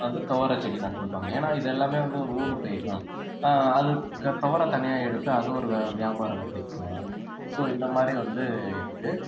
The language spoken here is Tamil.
வந்து துவரை செடி நட்டிருப்பாங்க ஏன்னால் இது எல்லாமே வந்து ஊடுபயிரு தான் அதுக்கடுத்து துவரை தனியாக எடுத்து அது ஒரு வியா வியாபாரம் கிடைக்கும் ஸோ இந்தமாதிரி வந்து இருக்குது